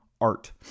art